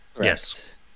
Yes